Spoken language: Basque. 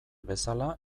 bezala